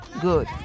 good